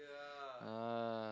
ah